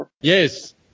Yes